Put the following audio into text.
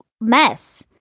mess